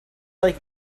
like